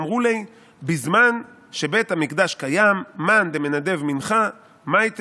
אמרו ליה: בזמן שבית המקדש קיים מאן דמנדב מנחה מייתי